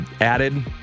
added